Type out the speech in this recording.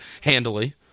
handily